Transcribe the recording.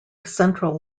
central